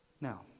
Now